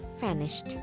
vanished